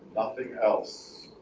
nothing else.